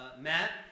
Matt